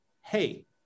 hey